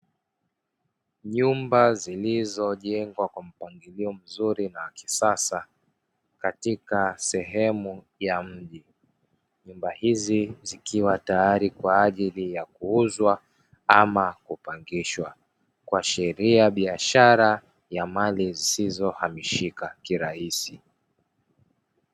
Nyumba zilizojengwa kwa mpangilio mzuri na wa kisasa katika sehemu ya mji, nyumba hizi zikiwa tayari kwa ajili ya kuuzwa ama kupangishwa kuashiria biashara ya mali zisizohamishika kirahisi.